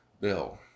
bill